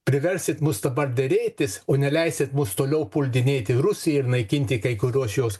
priversit mus dabar derėtis o neleisit mus toliau puldinėti rusijai ir naikinti kai kuriuos šios